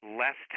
less